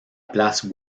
place